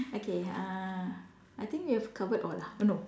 okay uh I think we have covered lah no